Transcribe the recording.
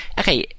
okay